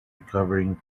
recovering